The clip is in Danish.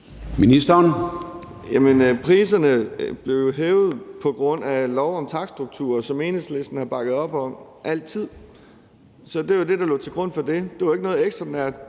priserne blev jo hævet på grund af lov om takststrukturer, som Enhedslisten altid har bakket op om. Så det var det, der lå til grund for det. Det var ikke noget ekstraordinært,